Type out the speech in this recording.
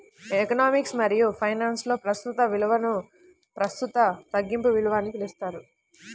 economics మరియుఫైనాన్స్లో, ప్రస్తుత విలువనుప్రస్తుత తగ్గింపు విలువ అని పిలుస్తారు